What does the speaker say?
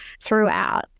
throughout